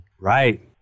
right